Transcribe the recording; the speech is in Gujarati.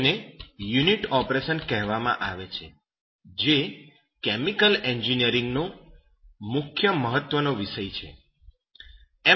હવે તેને યુનિટ ઓપરેશન કહેવામાં આવે છે જે કેમિકલ એન્જિનિયરિંગ નો મુખ્ય મહત્વનો વિષય છે